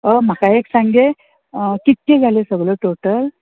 हय म्हाका एक सांगे कितके जाले सगळो टोटल